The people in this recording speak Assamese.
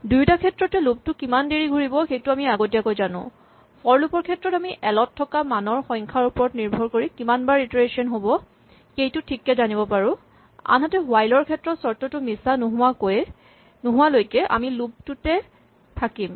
দুয়োটা ক্ষেত্ৰতে লুপ টো কিমান দেৰি ঘূৰিব সেইটো আমি আগতীয়াকৈ জানো ফৰ লুপ ৰ ক্ষেত্ৰত আমি এল ত থকা মানৰ সংখ্যাৰ ওপৰত নিৰ্ভৰ কৰি কিমানবাৰ ইটাৰেচন হ'ব সেইটো ঠিককে জানিব পাৰো আনহাতে হুৱাইল ৰ ক্ষেত্ৰত চৰ্তটো মিছা নোহোৱালৈকে আমি লুপ টোতে থাকিম